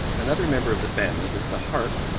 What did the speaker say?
another member of the family is the harp,